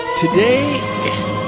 Today